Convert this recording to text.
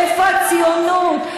איפה הציונות?